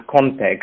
context